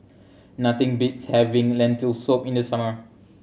nothing beats having Lentil Soup in the summer